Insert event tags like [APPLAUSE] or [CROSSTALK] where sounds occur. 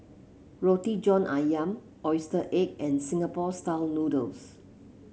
Roti John ayam oyster [UNINTELLIGIBLE] and Singapore style noodles